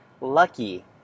lucky